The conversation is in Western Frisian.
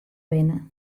binne